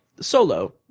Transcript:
Solo